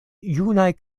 junaj